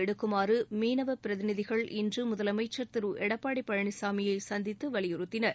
எடுக்குமாறு மீனவப் பிரதிநிதிகள் இன்று முதலமைச்சர் திரு எடப்பாடி பழனிசாமியை சந்தித்து வலியுறுத்தினர்